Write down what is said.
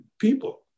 people